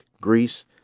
Greece